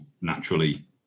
naturally